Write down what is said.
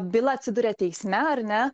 byla atsiduria teisme ar ne